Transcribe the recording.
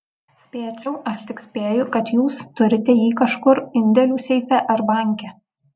spėčiau aš tik spėju kad jūs turite jį kažkur indėlių seife ar banke